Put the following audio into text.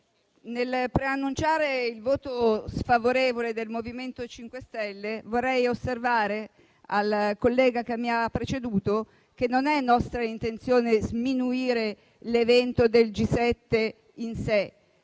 nel preannunciare il voto sfavorevole del MoVimento 5 Stelle, vorrei osservare al collega che mi ha preceduto che non è nostra intenzione sminuire l'evento del G7 in sé.